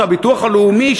הביטוח הלאומי,